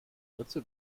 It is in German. ritze